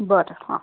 बरें आं